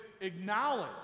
acknowledge